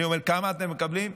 אני אומר: כמה אתם מקבלים?